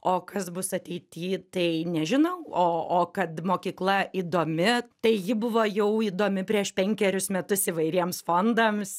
o kas bus ateity tai nežinau o o kad mokykla įdomi tai ji buvo jau įdomi prieš penkerius metus įvairiems fondams